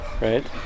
Right